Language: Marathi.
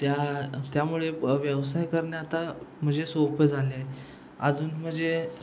त्या त्यामुळे व्यवसाय करने आता म्हणजे सोपं झालय अजून म्हणजे